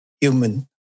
human